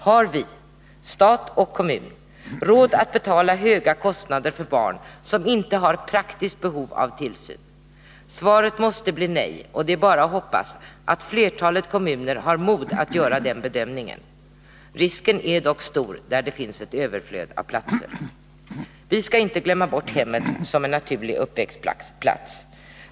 Har vi — stat och kommun — råd att betala höga kostnader för barn som inte har praktiskt behov av tillsyn? Svaret måste bli nej, och det är bara att hoppas att flertalet kommuner har mod att göra den bedömningen. Risken är dock stor, när det finns ett överflöd av platser. Vi skall inte glömma bort hemmet som en naturlig uppväxtplats.